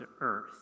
earth